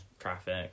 traffic